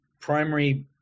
primary